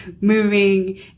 moving